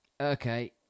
Okay